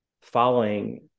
following